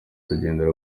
agendera